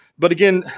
but again,